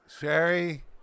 Sherry